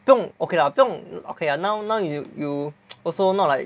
不用 okay lah 不用 okay lah now now you you also not like